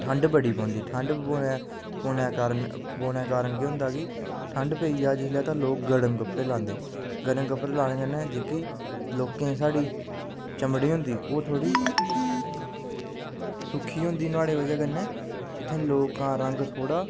ठंड बड़ी पौंदी ठंड पौने दे कारण पौने दे कारण केह् होंदा की ठंड पेई जा जिस लै ते लोक गर्म कपड़े लांदे गर्म कपड़े लाने कन्नै लोकें साढ़ी चमड़ी होंदी ओह् थोह्ड़ी सुक्खी होंदी नुहाड़ी बजह कन्नै इत्थें दे लोकें दा रंग थोह्ड़ा